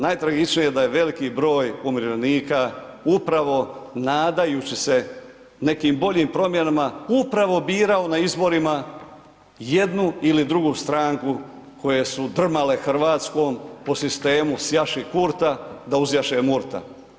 Najtragičnije je da je veliki broj umirovljenika upravo nadajući se nekim boljim promjenama upravo birao na izborima jednu ili drugu stranku koje su drmale Hrvatskom po sistemu sjaši Kurta da uzjaši Murta.